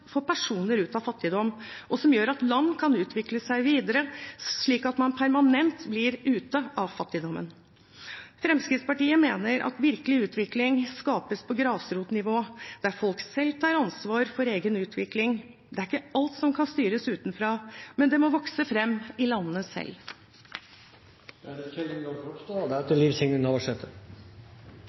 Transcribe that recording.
personer ut av fattigdom, og som gjør at land kan utvikle seg videre, slik at man permanent blir ute av fattigdommen. Fremskrittspartiet mener at virkelig utvikling skapes på grasrotnivå, der folk selv tar ansvar for egen utvikling. Det er ikke alt som kan styres utenfra, det må vokse fram i landene selv.